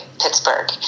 Pittsburgh